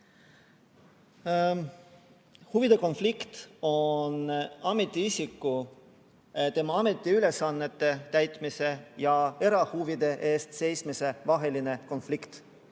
Huvide konflikt on ametiisikul tema ametiülesannete täitmise ja erahuvide eest seismise vaheline konflikt.